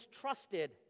trusted